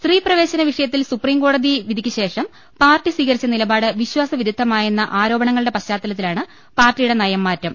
സ്ത്രീ പ്രവേശ്ന വിഷയത്തിൽ സുപ്രീംകോടതി വിധിക്കു ശേഷം പാർട്ടി സ്വീകരിച്ച നിലപാട് വിശ്വാസിവിരുദ്ധമായെന്ന ആരോ പണങ്ങളുടെ പശ്ചാത്തലത്തിലാണ് പാർട്ടിയുടെ നയം മാറ്റം